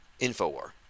Infowar